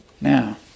Now